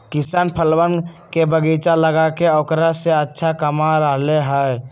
किसान फलवन के बगीचा लगाके औकरा से अच्छा कमा रहले है